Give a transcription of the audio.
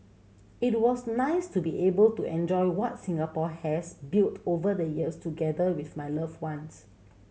it was nice to be able to enjoy what Singapore has built over the years together with my loved ones